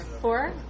four